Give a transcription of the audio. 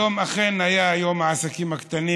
היום אכן היה יום העסקים הקטנים.